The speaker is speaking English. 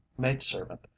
maid-servant